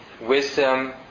Wisdom